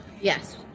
Yes